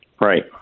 right